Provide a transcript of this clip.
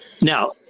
Now